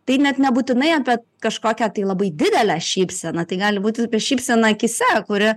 tai net nebūtinai apie kažkokią tai labai didelę šypseną tai gali būti apie šypseną akyse kuri